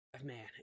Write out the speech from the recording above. man